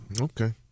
Okay